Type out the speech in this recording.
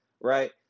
right